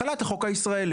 החלת החוק הישראלי.